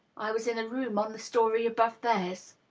i was in a room on the story above theirs.